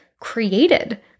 created